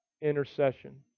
intercession